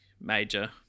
major